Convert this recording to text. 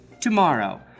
tomorrow